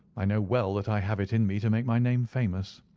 i know well that i have it in me to make my name famous.